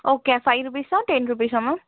okay five ருபீஸா ten ருபீஸா ma'am